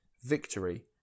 Victory